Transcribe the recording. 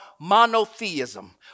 monotheism